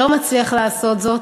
לא מצליח לעשות זאת,